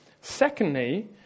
Secondly